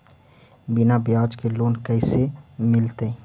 बिना ब्याज के लोन कैसे मिलतै?